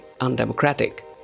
undemocratic